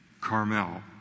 Carmel